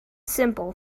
simple